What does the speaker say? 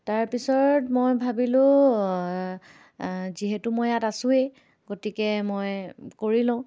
তাৰপিছত মই ভাবিলোঁ যিহেতু মই ইয়াত আছোঁৱেই গতিকে মই কৰি লওঁ